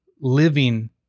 living